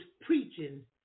preaching